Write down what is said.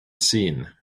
seen